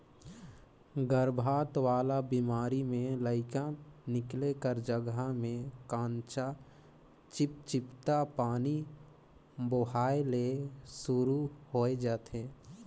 गरभपात वाला बेमारी में लइका निकले कर जघा में कंचा चिपपिता पानी बोहाए ले सुरु होय जाथे